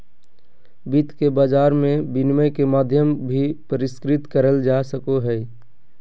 वित्त के बाजार मे विनिमय के माध्यम भी परिष्कृत करल जा सको हय